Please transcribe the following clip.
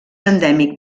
endèmic